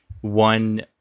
one